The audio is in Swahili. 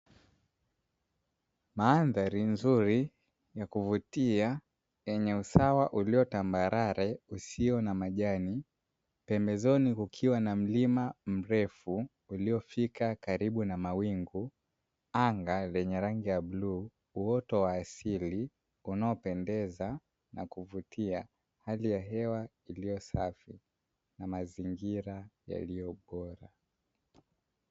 Mandhari nzuri na ya kuvutia yenye usawa uliyo tambalale iliona majani pembezoni kukiwa na mlima mrefu uliofika karibu na mawingu; anga lenye rangi ya bluu uoto wa asili unaopendeza na kuvutia hali ya hewa iliosafi na mazingira yaliyobora.